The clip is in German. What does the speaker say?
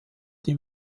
die